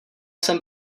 jsem